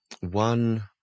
One